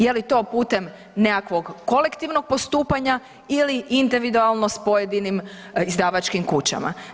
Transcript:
Je li to putem nekakvog kolektivnog postupanja ili individualnost pojedinim izdavačkih kućama?